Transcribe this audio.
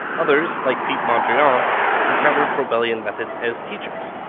others like piet mondrian um encountered froebelian methods as teachers.